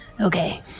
Okay